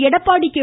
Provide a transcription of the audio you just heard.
Edappadi K